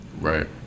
right